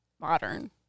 modern